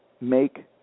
make